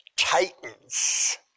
titans